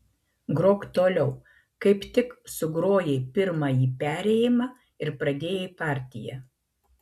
grok toliau kaip tik sugrojai pirmąjį perėjimą ir pradėjai partiją